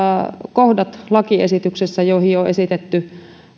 kohdat lakiesityksessä joihin on esitetty